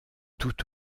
tout